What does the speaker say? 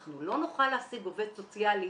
אנחנו לא נוכל להעסיק עובד סוציאלי